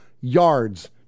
yards